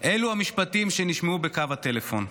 אלו המשפטים שנשמעו בקו הטלפון.